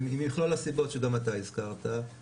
ממכלול הסיבות שגם אתה הזכרת,